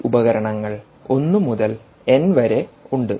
ഈ ഉപകരണങ്ങൾ 1 മുതൽ n വരെ ഉണ്ട്